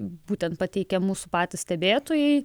būtent pateikė mūsų patys stebėtojai